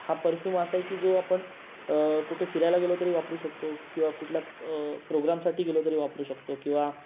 हा परफ्यूम असा की जो आपण कुठे फिरायला गेलो तरी वापरू शकतो किंवा कुठल्या प्रोग्रामसाठी गेलो तरी वापरू शकतो किंवा